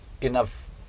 enough